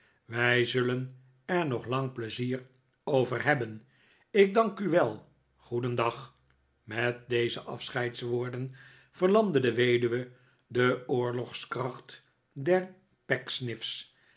wij zullen er noglang pleizier over hebben ik dank u wel goedendag met deze afscheidswoorden verlamde de weduwe de oorlogskracht der